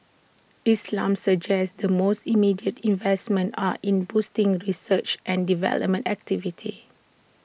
islam suggests the most immediate investments are in boosting research and development activity